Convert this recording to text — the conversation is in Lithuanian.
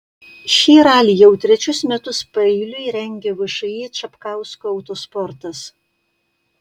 šį ralį jau trečius metus paeiliui rengia všį čapkausko autosportas